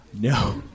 No